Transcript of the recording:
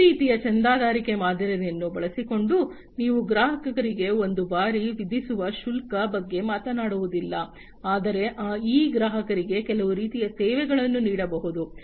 ಆದ್ದರಿಂದ ಈ ರೀತಿಯ ಚಂದಾದಾರಿಕೆ ಮಾದರಿಯನ್ನು ಬಳಸಿಕೊಂಡು ನೀವು ಗ್ರಾಹಕರಿಗೆ ಒಂದು ಬಾರಿ ವಿಧಿಸುವ ಶುಲ್ಕದ ಬಗ್ಗೆ ಮಾತನಾಡುವುದಿಲ್ಲ ಆದರೆ ಈ ಗ್ರಾಹಕರಿಗೆ ಕೆಲವು ರೀತಿಯ ಸೇವೆಗಳನ್ನು ನೀಡಬಹುದು